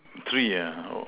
three ah oh